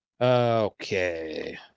Okay